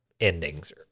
endings